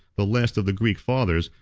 the last of the greek fathers,